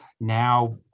now